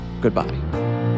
Goodbye